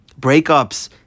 breakups